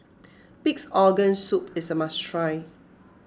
Pig's Organ Soup is a must try